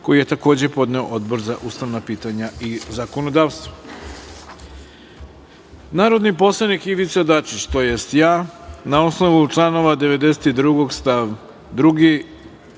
koji je takođe podneo Odbor za ustavna pitanja i zakonodavstvo. Narodni poslanik Ivica Dačić, tj. ja, na osnovu članova 92. stav 2,